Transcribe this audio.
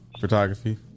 photography